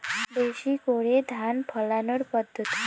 বেশি করে ধান ফলানোর পদ্ধতি?